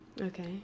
Okay